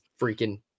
freaking